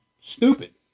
stupid